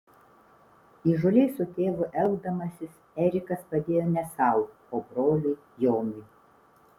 įžūliai su tėvu elgdamasis erikas padėjo ne sau o broliui jonui